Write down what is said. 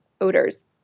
odors